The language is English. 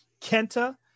kenta